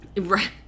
right